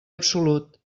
absolut